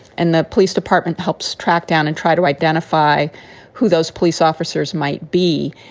and the police department helps track down and try to identify who those police officers might be.